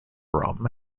rum